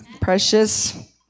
precious